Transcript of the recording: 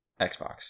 Xbox